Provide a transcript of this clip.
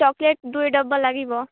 chocolate ଦୁଇ ଡବା ଲାଗିବ